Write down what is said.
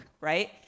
right